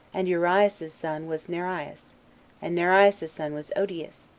and urias's son was nerias, and nerias's son was odeas,